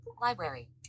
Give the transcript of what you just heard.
library